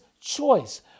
choice